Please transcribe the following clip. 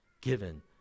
given